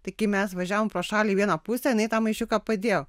tai kai mes važiavom pro šalį į vieną pusę jinai tą maišiuką padėjo